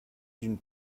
d’une